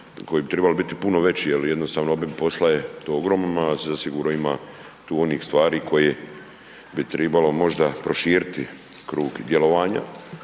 koji bi trebali biti puno veći, jer jednostavno, obim posla je ogromno, zasigurno ima tu onih stvari koje bi trebalo možda proširiti krug djelovanja.